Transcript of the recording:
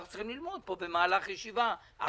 אנחנו צריכים ללמוד פה במהלך ישיבה אחת,